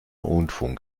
unfug